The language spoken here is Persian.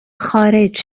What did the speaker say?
خارج